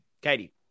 Katie